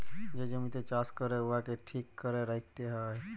যে জমিতে চাষ ক্যরে উয়াকে ঠিক ক্যরে রাইখতে হ্যয়